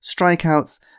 strikeouts